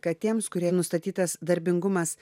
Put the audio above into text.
kad tiems kuriai nustatytas darbingumas